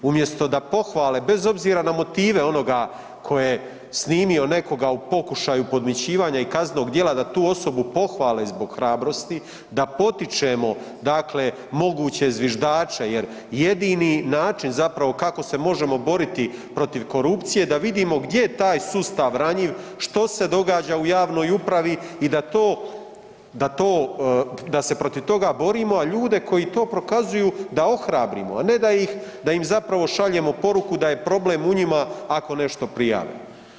Umjesto da pohvale bez obzira na motive onoga tko je snimio nekoga u pokušaju podmićivanja i kaznenog djela da tu osobu pohvale zbog hrabrosti, da potičemo dakle moguće zviždače, jer jedini način zapravo kako se možemo boriti protiv korupcije da vidimo gdje je taj sustav ranjiv, što se događa u javnoj upravi i da to, da to, da se protiv toga borimo, a ljude koji to prokazuju da ohrabrimo, a ne da ih, da im zapravo šaljemo poruku da je problem u njima ako nešto prijave.